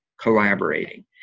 collaborating